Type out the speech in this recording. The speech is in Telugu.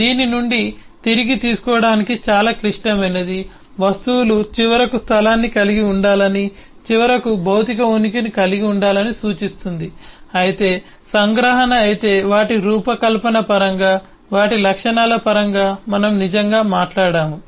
దీని నుండి తిరిగి తీసుకోవటానికి చాలా క్లిష్టమైనది వస్తువులు చివరకు స్థలాన్ని కలిగి ఉండాలని చివరకు భౌతిక ఉనికిని కలిగి ఉండాలని సూచిస్తుంది అయితే సంగ్రహణ అయితే వాటి రూపకల్పన పరంగా వాటి లక్షణాల పరంగా మనం నిజంగా మాట్లాడాము